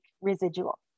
residual